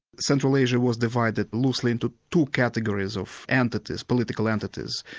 central asia was divided loosely into two categories of entities, political entities.